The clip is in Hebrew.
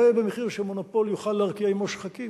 לא יהיה במחיר שמונופול יוכל להרקיע עמו שחקים.